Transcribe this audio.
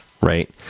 right